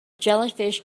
jellyfish